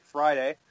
Friday